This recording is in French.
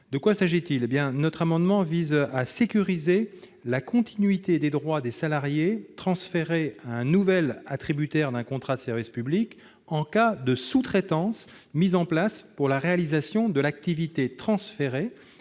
de loi. Notre amendement vise à sécuriser la continuité des droits des salariés transférés à un nouvel attributaire d'un contrat de service public en cas de sous-traitance mise en place pour la réalisation de l'activité transférée